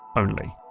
only.